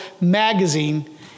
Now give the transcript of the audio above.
magazine